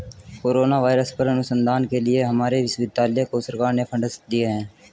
corona virus पर अनुसंधान के लिए हमारे विश्वविद्यालय को सरकार ने फंडस दिए हैं